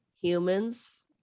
humans